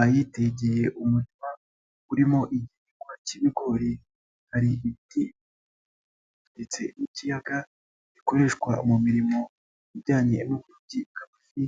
Ahitegeye umurima urimo igihingwa cy'ibigori, hari ibiti ndetse n'ikiyaga gikoreshwa mu mirimo ijyanye n'uburobyi bw'amafi